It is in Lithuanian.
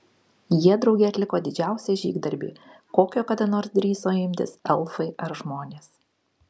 jie drauge atliko didžiausią žygdarbį kokio kada nors drįso imtis elfai ar žmonės